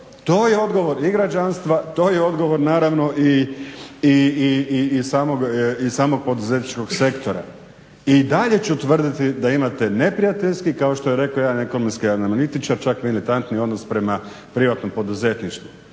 To je odgovor i građanstva, to je odgovor naravno i samog poduzetničkog sektora. I dalje ću tvrditi da imate neprijateljski kao što je rekao jedan ekonomski analitičar, čak diletantni odnos prema privatnom poduzetništvu.